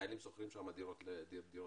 שחיילים שוכרים שם דירות בעצמם,